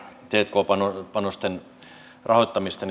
tk panosten panosten rahoittamista